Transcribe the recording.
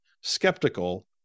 skeptical